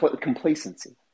Complacency